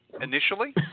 Initially